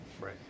right